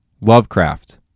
Lovecraft